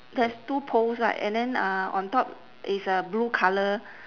there's two poles right and then uh on top is a blue colour